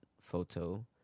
photo